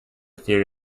theory